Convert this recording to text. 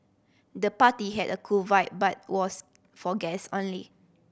the party had a cool vibe but was for guest only